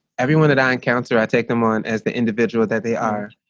everyone that i encounter, i take them on as the individual that they are,